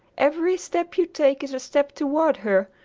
every step you take is a step toward her,